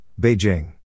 Beijing